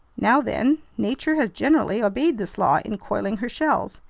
now then, nature has generally obeyed this law in coiling her shells.